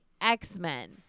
X-Men